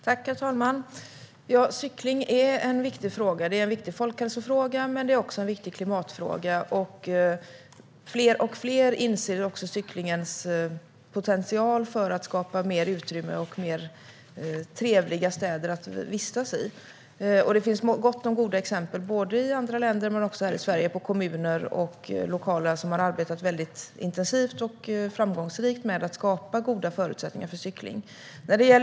Herr talman! Cykling är en viktig fråga. Det är en viktig folkhälsofråga, men det är också en viktig klimatfråga. Allt fler inser cyklingens potential för att skapa mer utrymme och trevligare städer att vistas i. Det finns gott om goda exempel, i andra länder men också här i Sverige, på kommuner och lokala organ som har arbetat intensivt och framgångsrikt med att skapa goda förutsättningar för cykling.